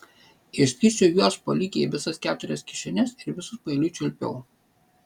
išskirsčiau juos po lygiai į visas keturias kišenes ir visus paeiliui čiulpiau